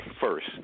first